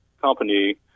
company